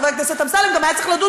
חבר הכנסת אמסלם גם היה צריך לדון